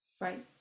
right